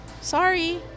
sorry